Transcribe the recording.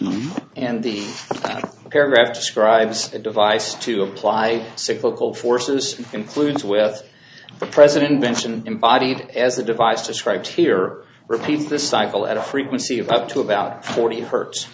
and the paragraph describes a device to apply cyclical forces concludes with the president mention embodied as the device described here repeat this cycle at a frequency of up to about forty hert